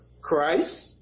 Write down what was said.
Christ